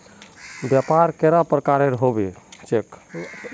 व्यापार कैडा प्रकारेर होबे चेक?